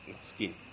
skin